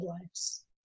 lives